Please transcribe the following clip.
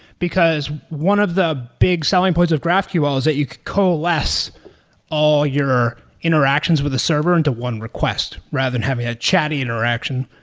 because one of the big selling points of graphql is that you could coalesce all your interactions with the server into one request rather than having a chatty interaction,